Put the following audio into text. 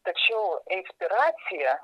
tačiau inspiracija